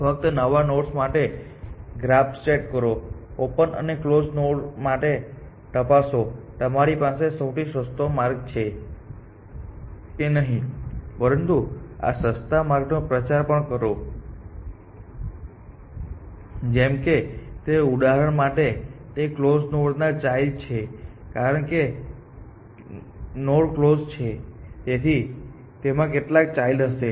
ફક્ત નવા નોડ્સ માટે ગ્રાફ સેટ કરો ઓપન અને કલોઝ નોડ્સ માટે તપાસો તમારી પાસે સૌથી સસ્તો માર્ગ છે કે નહીં પરંતુ સસ્તા માર્ગનો પ્રચાર પણ કરો જેમ કે તે ઉદાહરણ માટે તે કલોઝ નોડના ચાઈલ્ડ છે કારણ કે નોડ કલોઝ છે તેથી તેમાં કેટલાક ચાઈલ્ડ હશે